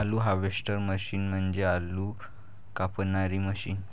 आलू harvester machine म्हणजे आलू कापणारी मशीन